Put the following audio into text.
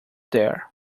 there